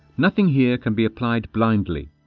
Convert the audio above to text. nothing here can be applied blindly,